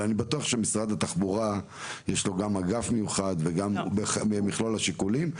אבל אני בטוח שמשרד התחבורה יש לו גם אגף מיוחד וגם במכלול השיקולים.